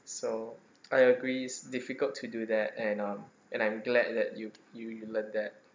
so I agree it's difficult to do that and um and I'm glad that you you learn that